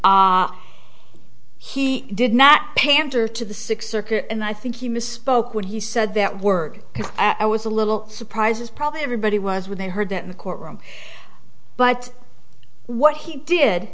he did not pander to the sick circuit and i think he misspoke when he said that work because i was a little surprised as probably everybody was when they heard that in the courtroom but what he did